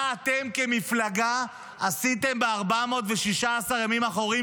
מה אתם כמפלגה עשיתם ב-416 הימים האחרונים